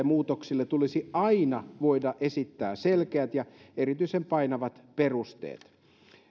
muutoksille tulisi aina voida esittää selkeät ja erityisen painavat perusteet